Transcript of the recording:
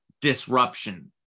disruption